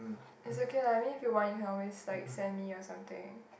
it's okay lah I mean if you want you can always like send me or something